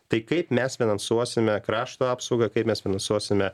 tai kaip mes finansuosime krašto apsaugą kaip mes finansuosime